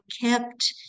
kept